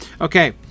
okay